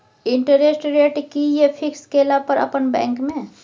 Interest rate कि ये fix केला पर अपन बैंक में?